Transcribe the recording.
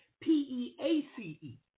P-E-A-C-E